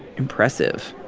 impressive,